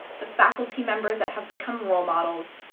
the faculty members that have become role models,